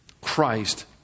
Christ